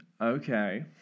Okay